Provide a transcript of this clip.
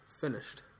finished